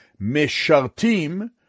meshartim